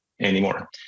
anymore